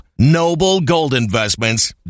Noblegoldinvestments